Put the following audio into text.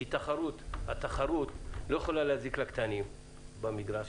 כי התחרות לא יכולה להזיק לקטנים במגרש,